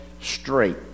straight